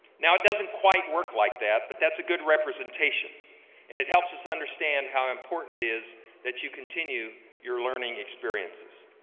now, it doesn't quite work like that, but that's a good representation and it helps us understand how important it is that you continue your learning experiences.